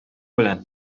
белән